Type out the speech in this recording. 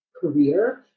career